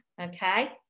okay